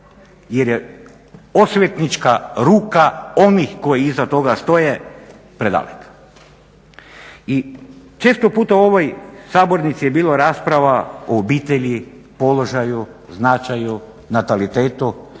jer je osvetnička ruka onih koji iza toga stoje predaleka. I često puta u ovoj sabornici je bilo rasprava o obitelji, položaju, značaju, natalitetu